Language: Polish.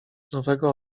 nowego